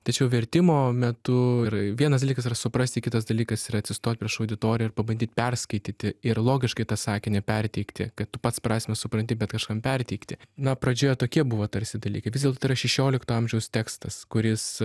tačiau vertimo metu ir vienas dalykas yra suprasti kitas dalykas yra atsistot prieš auditoriją ir pabandyt perskaityti ir logiškai tą sakinį perteikti kad tu pats prasmę supranti kad kažkam perteikti na pradžioje tokie buvo tarsi dalykai vis dėlto tai yra šešiolikto amžiaus tekstas kuris